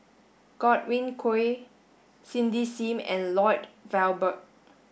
Godwin Koay Cindy Sim and Lloyd Valberg